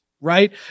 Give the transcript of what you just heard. right